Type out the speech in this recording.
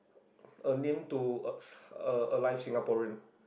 a name to uh alive Singaporean